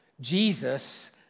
Jesus